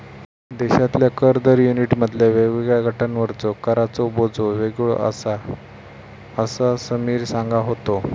देशातल्या कर दर युनिटमधल्या वेगवेगळ्या गटांवरचो कराचो बोजो वेगळो आसा, असा समीर सांगा होतो